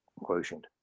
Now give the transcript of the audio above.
quotient